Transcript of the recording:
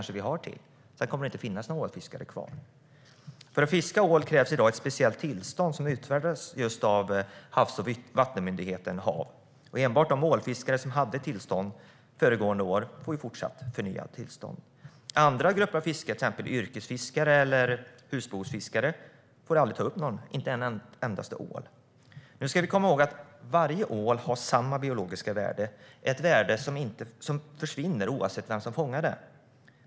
Sedan kommer det inte att finnas ålfiskare kvar. För att fiska ål krävs i dag ett speciellt tillstånd som utfärdas av Havs och vattenmyndigheten. Enbart de ålfiskare som hade tillstånd föregående år får fortsatt förnyat tillstånd. Andra grupper av fiskare, till exempel yrkesfiskare eller husbehovsfiskare, får inte ta upp en enda ål. Nu ska vi komma ihåg att varje ål har samma biologiska värde. Det är ett värde som försvinner oavsett vem som fångar ålen.